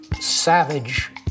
savage